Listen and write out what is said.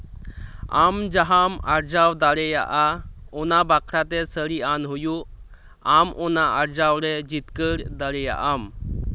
ᱟᱢ ᱡᱟᱸᱦᱟᱢ ᱟᱨᱡᱟᱣ ᱫᱟᱲᱮᱭᱟᱜᱼᱟ ᱚᱱᱟ ᱵᱟᱠᱷᱨᱟ ᱛᱮ ᱥᱟᱹᱨᱤ ᱟᱱ ᱦᱩᱭᱩᱜ ᱟᱢ ᱚᱱᱟ ᱟᱨᱡᱟᱣᱨᱮ ᱡᱤᱛᱠᱟᱹᱨ ᱫᱟᱲᱮᱭᱟᱜ ᱟᱢ